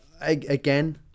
Again